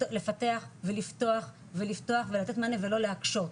לפתח ולפתוח ולתת מענה ולא להקשות,